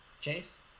Chase